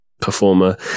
performer